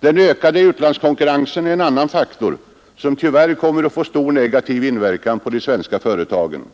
Den ökade utlandskonkurrensen är en annan faktor som tyvärr kommer att få stor negativ inverkan på de svenska företagen.